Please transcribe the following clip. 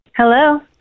Hello